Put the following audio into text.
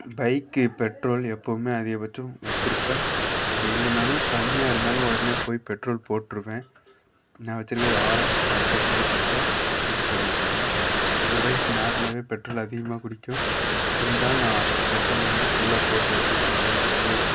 bike petrol எப்போவுமே அதிகபட்சம் வச்சிருப்பேன் அப்படி இல்லைன்னாலும் கம்மியாக இருந்தாலும் உடனே போய் பெட்ரோல் போட்டிருவேன் நான் வச்சிருக்கறது ஆர்எக்ஸ் ஹண்ட்ரட் பைக் இப்போ யூஸ் பண்ணிட்டிருக்கேன் அந்த பைக் நார்மலாகவே பெட்ரோல் அதிகமாக குடிக்கும் இருந்தாலும் நான் பெட்ரோல் வந்து ஃபுல்லாக போட்டு வச்சிருப்பேன் பைக்குக்கு